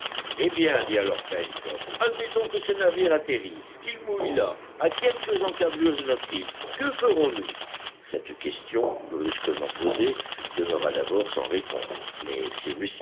eh bien dit alors pencroff admettons que ce navire atterrisse qu'il mouille là à quelques encablures de notre île que ferons-nous cette question brusquement posée demeura d'abord sans réponse mais